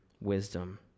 wisdom